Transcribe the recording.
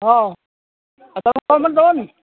ହଁ ତୁମେ କମରେ ଦେବନି